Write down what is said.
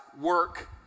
work